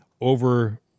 over